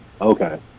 okay